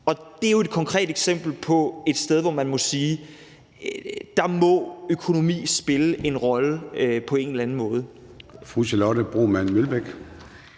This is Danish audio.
Det er jo et konkret eksempel på et sted, hvor man må sige, at der må økonomi spille en rolle på en eller anden måde.